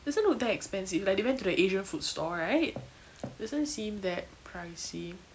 doesn't look that expensive like they went to the asian food store right doesn't seem that pricey